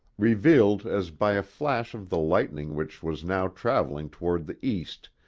revealed as by a flash of the lightning which was now traveling toward the east,